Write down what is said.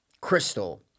crystal